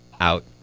Out